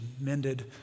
mended